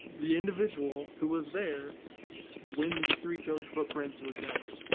the individual who was there when these three-toed footprints were captured.